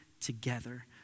together